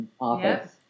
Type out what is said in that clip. office